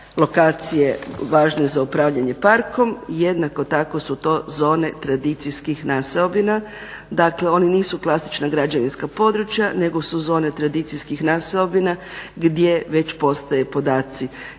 lokacije važne za upravljanje parkom. Jednako tako su to zone tradicijskih naseobina. Dakle, oni nisu klasična građevinska područja nego su zone tradicijskih naseobina gdje već postoje podaci